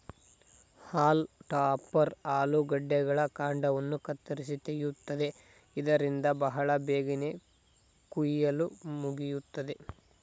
haulm topper ಆಲೂಗಡ್ಡೆಗಳ ಕಾಂಡವನ್ನು ಕತ್ತರಿಸಿ ತೆಗೆಯುತ್ತದೆ ಇದರಿಂದ ಬಹಳ ಬೇಗನೆ ಕುಯಿಲು ಮುಗಿಯುತ್ತದೆ